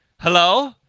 Hello